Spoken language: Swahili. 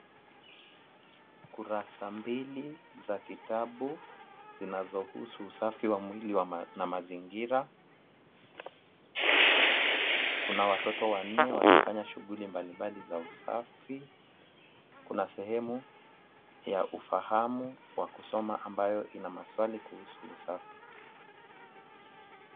Kurasa mbili za kitabu zinazohusu usafi wa mwili wa na mazingira. Kuna watoto wanne wakifanya shughuli mbalimbali za usafi, kuna sehemu ya ufahamu wa kusoma ambayo ina maswali kuhusu usafi.